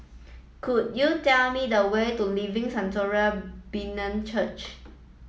could you tell me the way to Living Sanctuary Brethren Church